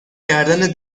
کردن